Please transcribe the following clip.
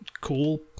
cool